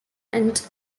and